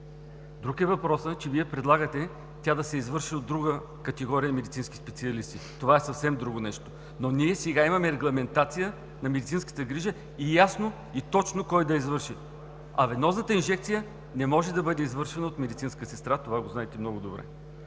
Друг е въпросът, че Вие предлагате тя да се извърши от друга категория медицински специалисти и това е съвсем друго нещо. Но сега ние имаме регламентация на медицинската грижа и е ясно и точно кой може да я извърши, а венозната инжекция не може да бъде извършена от медицинска сестра и това го знаете много добре.